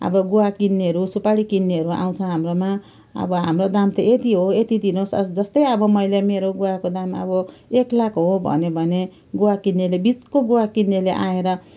अब गुवा किन्नेहरू सुपारी किन्नेहरू आउँछ हाम्रोमा अब हाम्रो दाम त यति हो यति दिनु होस् जस्तै अब मैले मेरो गुवाको दाम अब एक लाख हो भने भने गुवा किनेर बिचको गुवा किन्नेले आएर